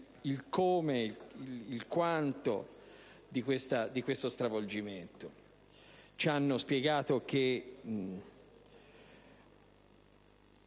il come e il quanto di tale stravolgimento; ci hanno spiegato che